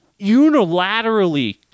unilaterally